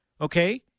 okay